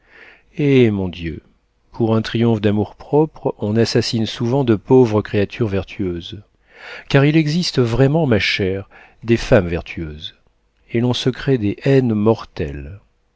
hé mon dieu pour un triomphe d'amour-propre on assassine souvent de pauvres créatures vertueuses car il existe vraiment ma chère des femmes vertueuses et l'on se crée des haines